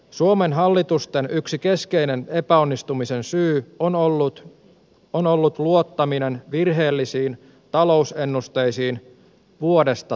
suomen hallitusten yksi keskeinen epäonnistumisen syy on ollut luottaminen virheellisiin talousennusteisiin vuodesta toiseen